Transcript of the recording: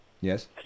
Yes